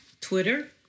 Twitter